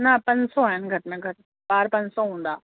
न पंज सौ आहिनि घटि में घटि ॿार पंज सौ हूंदा